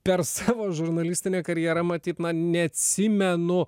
per savo žurnalistinę karjerą matyt man neatsimenu